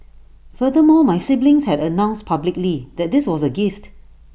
furthermore my siblings had announced publicly that this was A gift